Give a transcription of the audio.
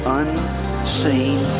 unseen